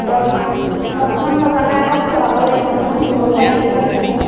দহমান দহমান বজালে আকৌ খোৱাব লাগিব নহয় দূৰণি আলহীও আহিব